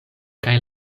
kaj